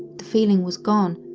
the feeling was gone,